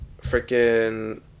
freaking